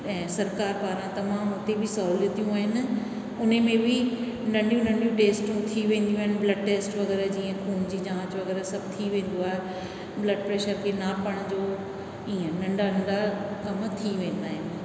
ऐं सरकार पारां तमामु हुते बि सहूलतियूं आहिनि उनि में बि नंढियूं नंढियूं टेस्टू थी वेंदियूं आहिनि ब्लड टेस्ट वग़ैरह जीअं ख़ून जी जांच वग़ैरह सभ थी वेंदो आहे ब्लड प्रेशर बि नापण जो ईअं नंढा नंढा कम थी वेंदा आहिनि